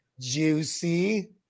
Juicy